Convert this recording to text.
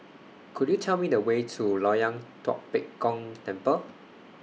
Could YOU Tell Me The Way to Loyang Tua Pek Kong Temple